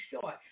short